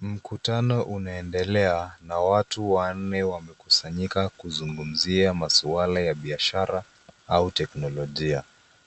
Mkutano unaendelea na watu wanne wamekusanyika kuzungumzia maswala ya biashara au teknolojia.